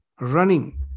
Running